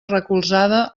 recolzada